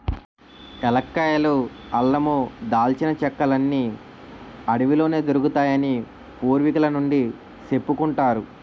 ఏలక్కాయలు, అల్లమూ, దాల్చిన చెక్కలన్నీ అడవిలోనే దొరుకుతాయని పూర్వికుల నుండీ సెప్పుకుంటారు